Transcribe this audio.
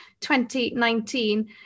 2019